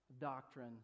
doctrine